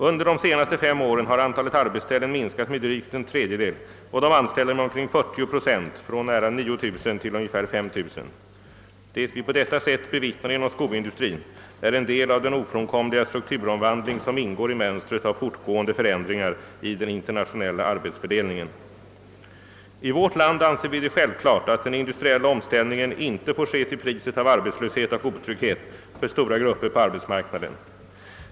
Under de senaste fem åren har antalet arbetsställen minskat med en dryg tredjedel och de anställda med omkring 40 procent, från nära 9 000 till ungefär 5 000. Det vi på detta sätt bevittnar inom skoindustrin är en del av den ofrånkomliga strukturomvandling som ingår i mönstret av fortgående förändringar i den internationella arbetsfördelningen. I vårt land anser vi det självklart att den industriella omställningen inte får ske till priset av arbetslöshet eller otrygghet för stora grupper på arbetsmarknaden.